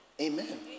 Amen